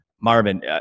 Marvin